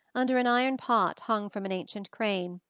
under an iron pot hung from an ancient crane.